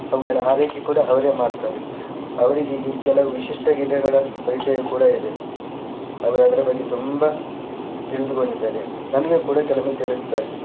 ಅವುಗಳ ಆರೈಕೆ ಕೂಡ ಅವರೇ ಮಾಡ್ತಾರೆ ಅವರಿಗೆ ಈ ಕೆಲವು ವಿಶಿಷ್ಟ ಗಿಡಗಳ ಪರಿಚಯ ಕೂಡ ಇದೆ ಅವರು ಅದರ ಬಗ್ಗೆ ತುಂಬ ತಿಳಿದುಕೊಂಡಿದ್ದಾರೆ ನನಗೆ ಕೂಡ ಕೆಲವೊಮ್ಮೆ ತಿಳಿಸ್ತಾರೆ